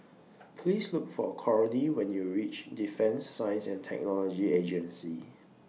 Please Look For Cornie when YOU REACH Defence Science and Technology Agency